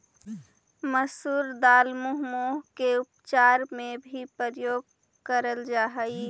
मसूर दाल मधुमेह के उपचार में भी प्रयोग करेल जा हई